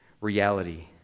reality